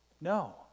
No